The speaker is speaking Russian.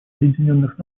объединенных